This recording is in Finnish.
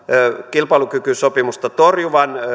kilpailukykysopimusta torjuvan